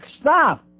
stop